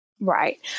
Right